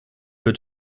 für